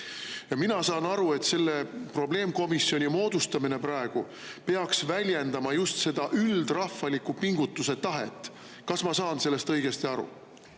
Mina saan aru, et selle probleemkomisjoni moodustamine praegu peaks väljendama just seda üldrahvaliku pingutuse tahet. Kas ma saan sellest õigesti aru?